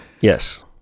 yes